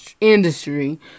industry